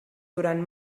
durant